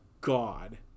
God